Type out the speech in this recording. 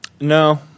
No